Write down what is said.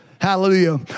Hallelujah